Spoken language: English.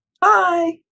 Bye